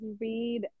read